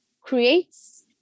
creates